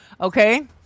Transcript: Okay